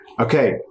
Okay